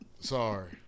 Sorry